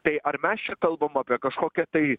tai ar mes čia kalbam apie kažkokią tai